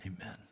Amen